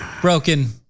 Broken